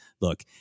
look